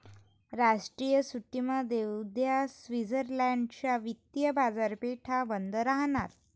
राष्ट्रीय सुट्टीमुळे उद्या स्वित्झर्लंड च्या वित्तीय बाजारपेठा बंद राहणार